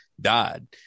died